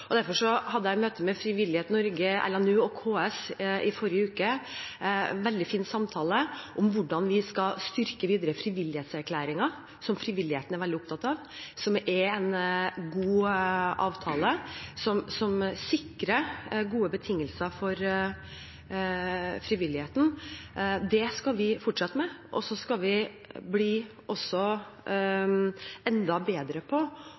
Derfor hadde jeg et møte med Frivillighet Norge, LNU og KS i forrige uke. Vi hadde en veldig fin samtale om hvordan vi videre skal styrke frivillighetserklæringer, som frivilligheten er veldig opptatt av, og som er en god avtale som sikrer gode betingelser for frivilligheten. Det skal vi fortsette med, og vi skal også bli enda bedre